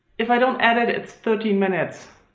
if i don't edit it's thirteen minutes.